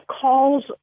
calls